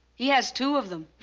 he has two of them.